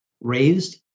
raised